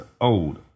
old